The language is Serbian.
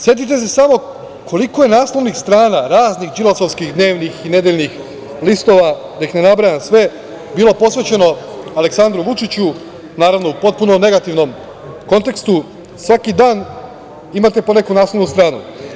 Setite se samo koliko je naslovnih strana raznih đilasovskih dnevnih i nedeljnih listova, da ih ne nabrajam sve, bilo posvećeno Aleksandru Vučiću, naravno, u potpuno negativnom kontekstu, svaki dan imate po neku naslovnu stranu.